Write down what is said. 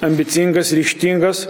ambicingas ryžtingas